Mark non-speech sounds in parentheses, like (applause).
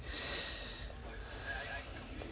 (breath)